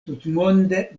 tutmonde